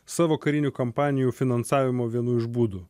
savo karinių kampanijų finansavimo vienu iš būdų